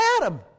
Adam